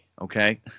Okay